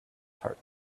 heart